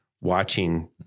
watching